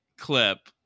clip